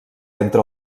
entre